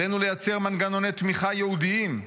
עלינו לייצר מנגנוני תמיכה ייעודיים,